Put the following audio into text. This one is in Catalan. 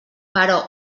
però